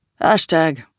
Hashtag